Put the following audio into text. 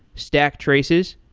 stack traces,